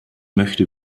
möchte